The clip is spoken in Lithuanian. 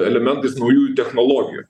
elementais naujųjų technologijų